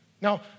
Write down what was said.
Now